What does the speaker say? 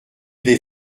les